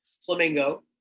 Flamingo